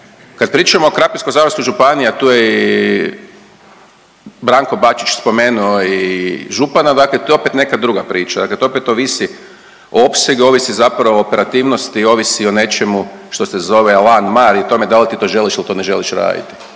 Kad pričamo o Krapinsko-zagorskoj županiji, a tu je i Branko Bačić spomenuo i župana, dakle tu je opet neka druga priča. Dakle, to opet ovisi, opseg zapravo ovisi o operativnosti, ovisi o nečemu što se zove …/Govornik se ne razumije./… i tome da li ti to želiš ili to ne želiš raditi.